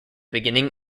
beginning